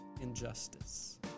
injustice